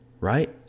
right